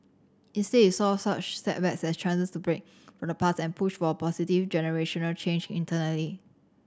instead he saw such setbacks as chances to break from the past and push for positive generational change internally